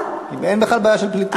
אין בכלל בעיה של פליטים.